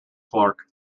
clark